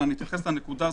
ואתייחס לנקודה הזאת,